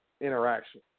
interaction